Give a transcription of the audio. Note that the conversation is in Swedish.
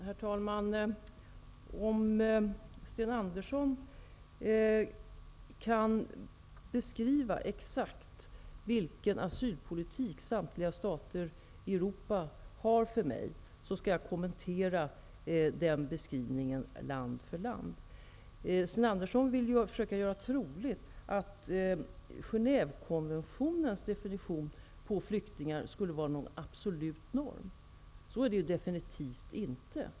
Herr talman! Om Sten Andersson kan beskriva för mig exakt vilken asylpolitik samtliga stater i Europa har, skall jag kommentera den beskrivningen land för land. Sten Andersson vill försöka göra troligt att Genèvekonventionens definition på flyktingar skulle vara någon absolut norm. Så är det definitivt inte.